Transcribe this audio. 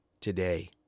today